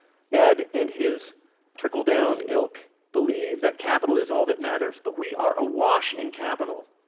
ed and his trickle down ilk believe that capital is all that matters, but we are awash in capital.